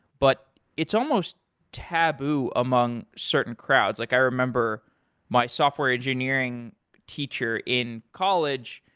but it's almost taboo among certain crowds. like i remember my software engineering teacher in college,